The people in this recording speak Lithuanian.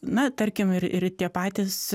na tarkim ir ir tie patys